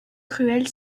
cruel